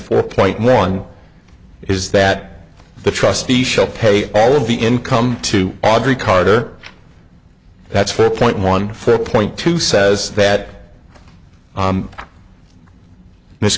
four point one is that the trustee shall pay all of the income to audrey carter that's fair point one four point two says that